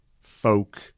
folk